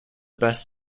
best